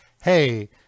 hey